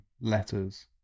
letters